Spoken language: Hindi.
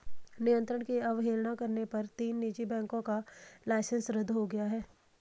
नियंत्रण की अवहेलना करने पर तीन निजी बैंकों का लाइसेंस रद्द हो गया